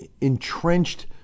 entrenched